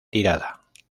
tirada